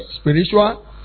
Spiritual